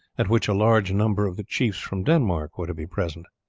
at which a large number of the chiefs from denmark were to be present.